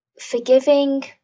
forgiving